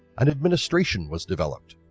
an administration was developed,